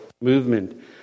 movement